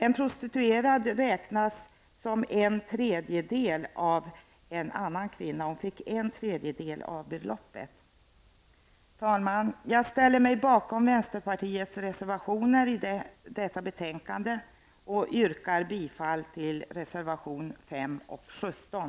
En prostituerad räknas som en tredjedel av en annan kvinna; kvinnan fick alltså en tredjedel av beloppet. Herr talman! Jag ställer mig bakom vänsterpartiets reservationer till detta betänkande och yrkar bifall till reservationerna 5 och 17.